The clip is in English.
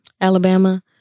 Alabama